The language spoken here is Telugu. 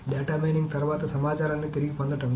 కాబట్టి డేటా మైనింగ్ తర్వాత సమాచారాన్ని తిరిగి పొందడం